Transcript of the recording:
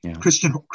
christian